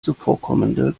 zuvorkommende